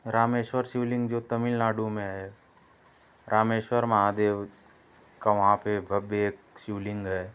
रामेश्वर शिवलिंग जो तमिलनाडु में है रामेश्वर महादेव का वहाँ पर भव्य एक शिवलिंग है